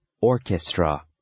orchestra